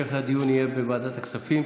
המשך הדיון יהיה בוועדת הכספים.